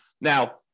Now